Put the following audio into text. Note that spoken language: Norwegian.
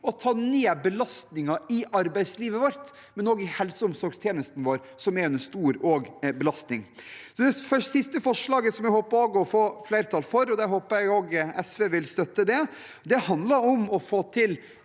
å ta ned belastningen i arbeidslivet vårt, men også i helse- og omsorgstjenesten vår, som er under stor belastning. Det siste forslaget, som jeg håper å få flertall for – og jeg håper også SV vil støtte det – handler om å få til